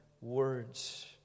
words